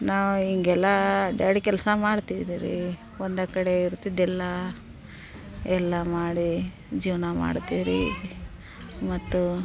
ನಾವು ಹಿಂಗೆಲ್ಲಾ ಅಡ್ಡಾಡಿ ಕೆಲಸ ಮಾಡ್ತಿದಿವು ಒಂದೇ ಕಡೆ ಇರ್ತಿದ್ದಿಲ್ಲ ಎಲ್ಲ ಮಾಡಿ ಜೀವನ ಮಾಡ್ತೀವಿ ರಿ ಮತ್ತು